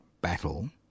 battle